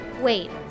Wait